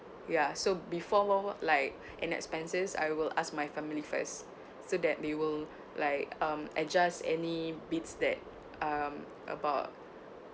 ya so before what were like an expenses I will ask my family first so that they will like um adjust any bids that um about